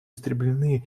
истреблены